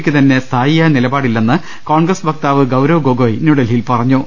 യ്ക്കുതന്നെ സ്ഥായിയായ നിലപാടില്ലെന്നും കോൺഗ്രസ് വക്താവ് ഗൌരവ് ഗൊഗോയ് ന്യൂഡൽഹിയിൽ പറഞ്ഞു